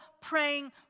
praying